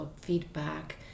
feedback